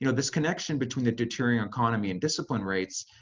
you know this connection between the deteriorating economy and discipline rates,